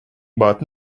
but